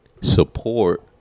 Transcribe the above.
support